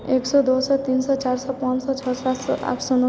एक सए दो सए तीन सए चारि सए पाँच सए छओ सए आठ सए नओ सए